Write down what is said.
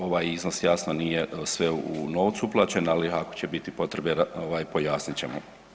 Ovaj iznos jasno nije sve u novcu uplaćen ali ako će biti potrebe ovaj pojasnit ćemo.